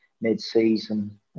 mid-season